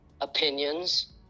opinions